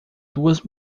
duas